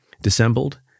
dissembled